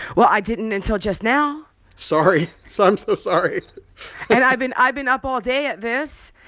well, i didn't until just now sorry. so i'm so sorry and i've been i've been up all day at this,